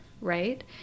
Right